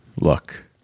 look